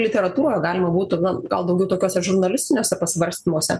literatūroje galima būtų gal gal daugiau tokiose žurnalistiniuose pasvarstymuose